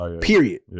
Period